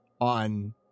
on